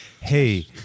hey